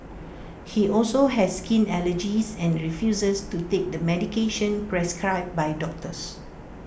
he also has skin allergies and refuses to take the medication prescribed by doctors